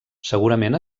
segurament